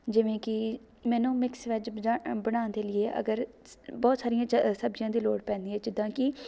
ਜਿਵੇਂ ਕਿ ਮੈਨੂੰ ਮਿਕਸ ਵੈਜ ਬਜਾ ਅ ਬਣਾਉਣ ਦੇ ਲੀਏ ਅਗਰ ਸ ਬਹੁਤ ਸਾਰੀਆਂ ਚ ਸਬਜ਼ੀਆਂ ਦੀ ਲੋੜ ਪੈਂਦੀ ਹੈ ਜਿੱਦਾਂ ਕਿ